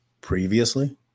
previously